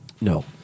No